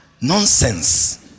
Nonsense